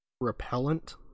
repellent